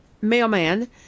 mailman